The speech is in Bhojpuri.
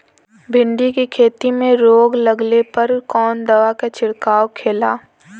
भिंडी की खेती में रोग लगने पर कौन दवा के छिड़काव खेला?